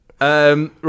Right